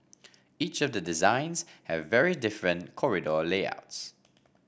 each of the designs have very different corridor layouts